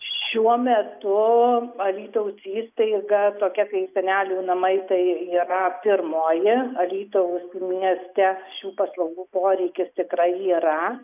šiuo metu alytaus įstaiga tokia kaip senelių namai tai yra pirmoji alytaus mieste šių paslaugų poreikis tikrai yra